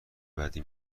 بدی